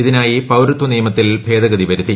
ഇതിനായി പൌരത്വ നിയമത്തിൽ ഭേദഗതി വരുത്തി